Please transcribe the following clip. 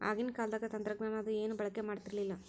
ಆಗಿನ ಕಾಲದಾಗ ತಂತ್ರಜ್ಞಾನ ಅದು ಏನು ಬಳಕೆ ಮಾಡತಿರ್ಲಿಲ್ಲಾ